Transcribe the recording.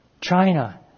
China